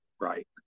Right